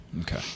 Okay